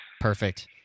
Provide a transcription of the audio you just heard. Perfect